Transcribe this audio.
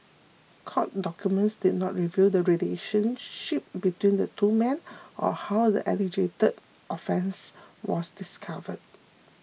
court documents did not reveal the relationship between the two men or how the alleged offence was discovered